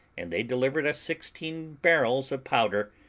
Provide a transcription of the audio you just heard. and they delivered us sixteen barrels of powder,